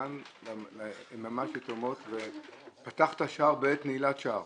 כאן הן ממש יתומות, ופתחת שער בעת נעילת שער